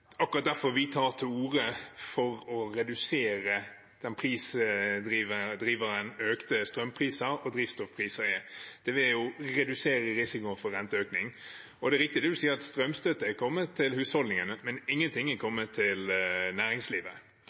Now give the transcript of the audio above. akkurat derfor vi tar til orde for å redusere den prisdriveren økte strømpriser og drivstoffpriser er. Det vil redusere risikoen for renteøkning. Det er riktig, som statsråden sier, at strømstøtte er kommet til husholdningene, men ingenting er kommet til næringslivet.